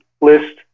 list